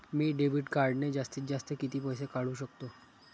मी debit कार्डने जास्तीत जास्त किती पैसे काढू शकतो?